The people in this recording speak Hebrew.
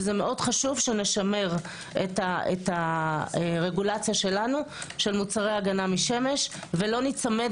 מאוד חשוב שנשמר את הרגולציה שלנו של מוצרי הגנה משמש ולא ניצמד